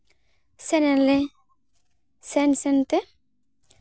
ᱥᱮᱱ ᱮᱱᱟᱞᱮ ᱥᱮᱱ ᱥᱮᱱ ᱛᱮ